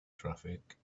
traffic